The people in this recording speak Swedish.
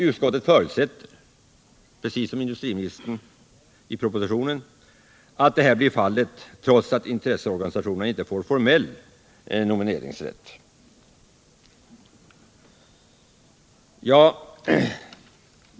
Utskottet förutsätter, 43 precis som industriministern i propositionen, att så blir fallet trots att intresseorganisationerna inte får formell nomineringsrätt.